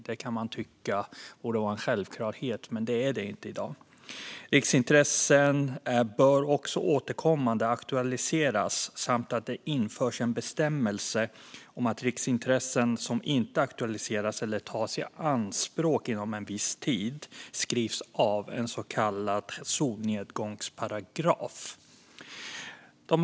Det kan man tycka borde vara en självklarhet, men det är det inte i dag. Riksintressen bör också återkommande aktualiseras, och det bör också införas en bestämmelse om att riksintressen som inte aktualiseras eller tas i anspråk inom en viss tid skrivs av, alltså en så kallad solnedgångsparagraf.